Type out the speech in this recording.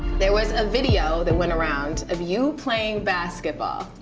there was a video that went around of you playing basketball.